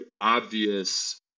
obvious